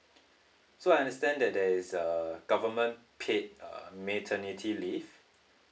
so I understand that there is a government paid err maternity leave